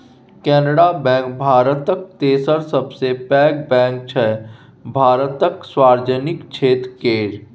Canara bank भारतक तेसर सबसँ पैघ बैंक छै भारतक सार्वजनिक क्षेत्र केर